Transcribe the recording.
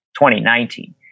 2019